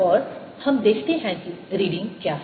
और हम देखते हैं कि रीडिंग क्या है